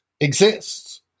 exists